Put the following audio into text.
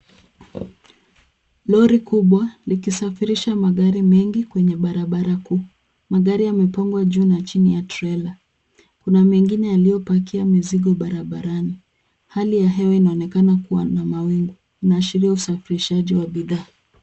Lori kubwa likisafirisha magari mengi kwenye barabara kuu. Magari yamepangwa juu na chini ya trela. Kuna mengine yaliyopakia mizigo barabarani. Hali ya hewa inaonekana kuwa na mawingu, inaashiria usafirishaji wa bidhaa.